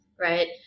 Right